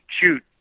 shoot